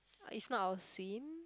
if not I will swim